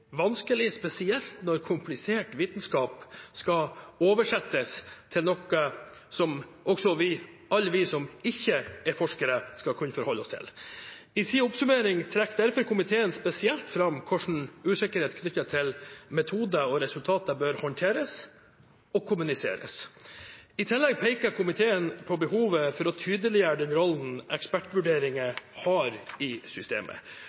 vanskelig, spesielt når komplisert vitenskap skal «oversettes» til noe også alle vi som ikke er forskere, skal kunne forholde oss til. I sin oppsummering trekker derfor komiteen spesielt fram hvordan usikkerhet knyttet til metoder og resultater bør håndteres og kommuniseres. I tillegg peker komiteen på behovet for å tydeliggjøre den rollen ekspertvurderinger har i systemet.